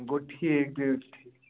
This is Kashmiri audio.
گوٚو ٹھیٖک تیٚلہِ چھُ ٹھیٖک